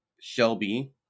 Shelby